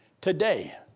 Today